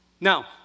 Now